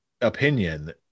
opinion